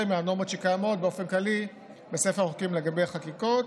מהנורמות שקיימות באופן כללי בספר החוקים לגבי חקיקות.